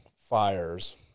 fires